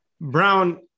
Brown